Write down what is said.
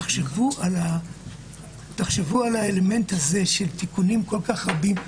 תחשבו על האלמנט הזה של תיקונים כל כך רבים.